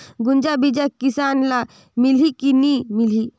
गुनजा बिजा किसान ल मिलही की नी मिलही?